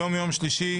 היום יום שלישי,